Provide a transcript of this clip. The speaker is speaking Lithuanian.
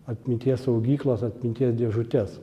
atminties saugyklas atminties dėžutes